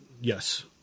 yes